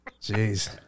Jeez